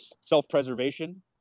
self-preservation